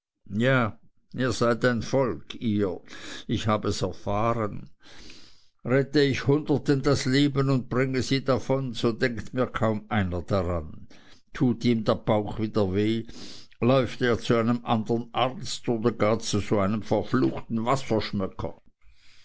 ja ihr seid ein volk ihr hab es erfahren rette ich hunderten das leben und bringe sie davon so denkt mir kaum einer daran tut ihm der bauch wieder weh läuft er zu einem andern arzt oder gar so zu einem verfluchten